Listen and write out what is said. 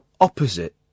opposite